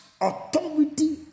authority